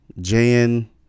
Jan